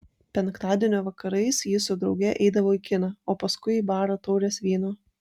penktadienio vakarais ji su drauge eidavo į kiną o paskui į barą taurės vyno